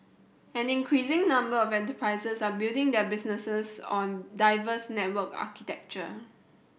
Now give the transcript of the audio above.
an increasing number of enterprises are building their business on diverse network architecture